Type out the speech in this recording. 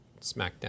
smackdown